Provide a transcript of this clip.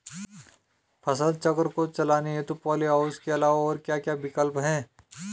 फसल चक्र को चलाने हेतु पॉली हाउस के अलावा और क्या क्या विकल्प हैं?